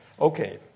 Okay